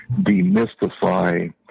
demystify